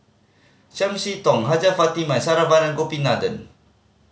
Chiam See Tong Hajjah Fatimah and Saravanan Gopinathan